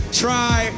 try